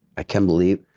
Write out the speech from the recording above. ah can't believe